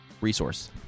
resource